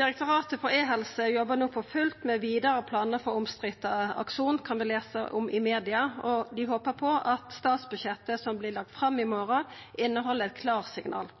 Direktoratet for e-helse jobbar no for fullt med vidare planar for omstridde Akson, kan ein lesa om i media, og dei håper at statsbudsjettet, som vert lagt fram i morgon, inneheld eit